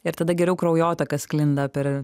ir tada geriau kraujotaka sklinda per